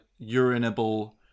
urinable